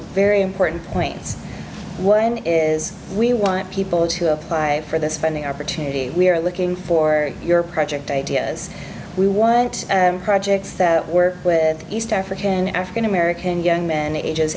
couple very important points one is we want people to apply for the spending opportunity we are looking for your project ideas we want projects that work with east african african american young men ages